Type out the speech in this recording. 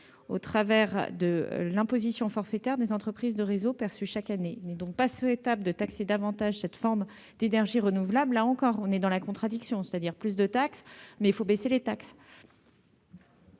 au travers de l'imposition forfaitaire des entreprises de réseaux (IFER), perçue chaque année. Il n'est donc pas souhaitable de taxer davantage cette forme d'énergie renouvelable. Là encore, on est dans une contradiction : on dit qu'il faut baisser les taxes,